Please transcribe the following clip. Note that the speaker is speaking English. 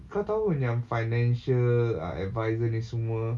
kau tahu yang financial advisor ni semua